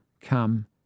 come